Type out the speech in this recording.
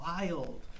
wild